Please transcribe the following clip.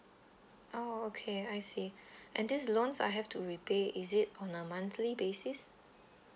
oh okay I see and these loans I have to repay is it on a monthly basis